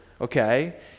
okay